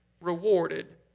rewarded